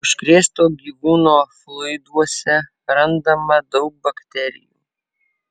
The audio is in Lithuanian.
užkrėsto gyvūno fluiduose randama daug bakterijų